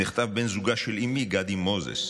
נחטף בן זוגה של אימי גדי מוזס,